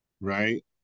right